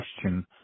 question